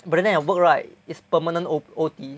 but then at work right is permanent o~ O_T